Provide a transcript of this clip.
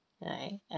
right